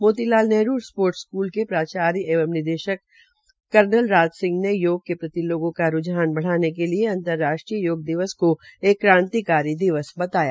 मोती Lal Nehru sports school के प्राचार्य एवं निदेशक कर्नल राज सिंह ने योग के प्रति लोगों का रूझान बढ़ाने के लिये अंतर्राष्ट्रीय योग दिवस को एक क्रांतिकारी दिवस बताया